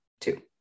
two